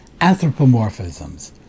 anthropomorphisms